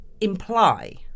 imply